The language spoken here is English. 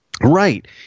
Right